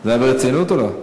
זה היה ברצינות או לא?